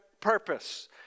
purpose